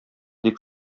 дип